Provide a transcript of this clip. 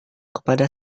kepada